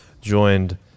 joined